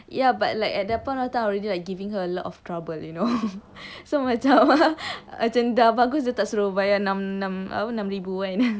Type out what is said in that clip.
ya but like at that point of time I already like giving her a lot of trouble you know so macam macam dah bagus dia tak suruh bayar enam enam apa enam ribu kan